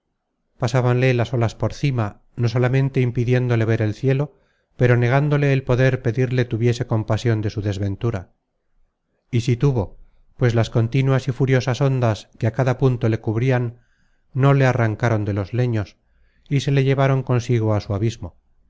abierto pasábanle las olas por cima no solamente impidiéndole ver el cielo pero negándole el poder pedirle tuviese compasion de su desventura y sí tuvo pues las contínuas y furiosas ondas que á cada punto le cubrian no le arrancaron de los leños y se le llevaron consigo á su abismo